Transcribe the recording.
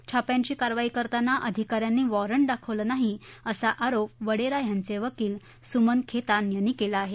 छाप्यांची कारवाई करताना अधिकाऱ्यांनी वॉरंट दाखवलं नाही असा आरोप वडेरा यांचे वकील सुमन खेतान यांनी केला आहे